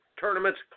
tournaments